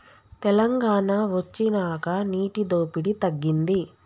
తెలంగాణ వొచ్చినాక నీటి దోపిడి తగ్గింది